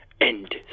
End